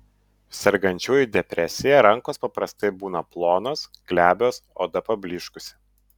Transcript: sergančiųjų depresija rankos paprastai būna plonos glebios oda pablyškusi